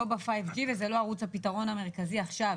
לא ב-5G וזה לא ערוץ הפתרון המרכזי עכשיו,